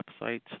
websites